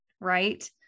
right